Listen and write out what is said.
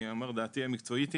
אני אומר שדעתי המקצועית היא